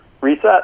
reset